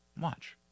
watch